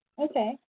Okay